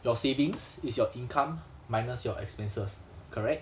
your savings is your income minus your expenses correct